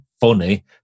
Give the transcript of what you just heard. funny